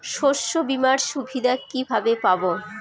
শস্যবিমার সুবিধা কিভাবে পাবো?